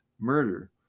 murder